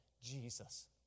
Jesus